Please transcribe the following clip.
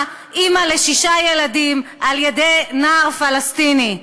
אימא לשישה ילדים על-ידי נער פלסטיני.